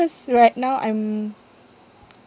cause right now I'm